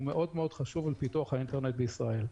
הוא מאוד חשוב לפיתוח האינטרנט בישראל.